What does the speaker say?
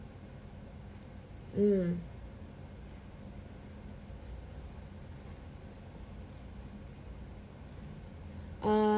mm err